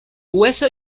hueso